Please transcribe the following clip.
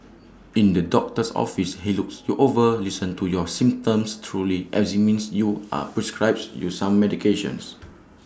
in the doctor's office he looks you over listens to your symptoms examines you are prescribes you some medications